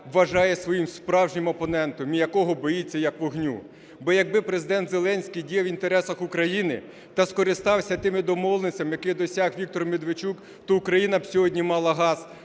вважає своїм справжнім опонентом, якого боїться, як вогню. Бо якби Президент Зеленський діяв в інтересах України та скористався тими домовленостями, яких досяг Віктор Медведчук, то Україна сьогодні мала б газ